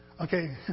okay